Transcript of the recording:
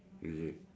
you see